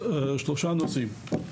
שלושה נושאים.